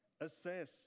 assess